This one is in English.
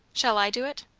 shall i do it?